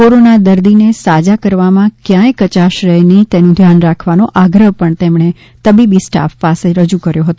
corona દર્દીને સાજા કરવામાં ક્યાય કચાશ રહે નહીં તેનું ધ્યાન રાખવાનો આગ્રહ પણ તેમણે તબીબી સ્ટાફ પાસે રજૂ કર્યો હતો